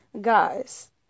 guys